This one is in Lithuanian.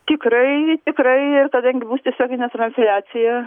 tikrai tikrai ir kadangi bus tiesioginė transliacija